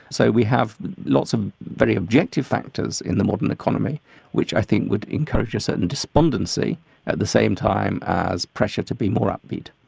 so we have lots of very objective factors in the modern economy which i think would encourage a certain despondency at the same time as pressure to be more upbeat.